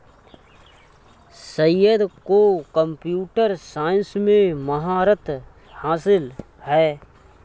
सैयद को computer science में महारत हासिल है